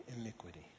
iniquity